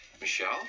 Michelle